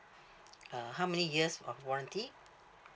uh how many years of warranty